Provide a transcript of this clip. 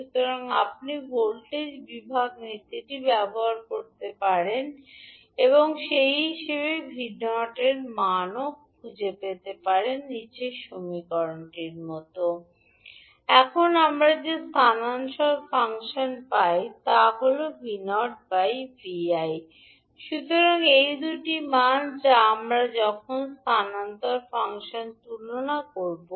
সুতরাং আপনি ভোল্টেজ বিভাগ নীতিটি ব্যবহার করতে পারেন এবং হিসাবে 𝑉0 এর মান খুঁজে পেতে পারেন এখন আমরা যে স্থানান্তর ফাংশন পাই তা হল সুতরাং এই দুটি মান যা আমরা যখন স্থানান্তর ফাংশন তুলনা করব